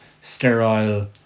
sterile